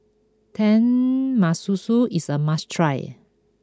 Tenmusu is a must try